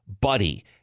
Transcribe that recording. Buddy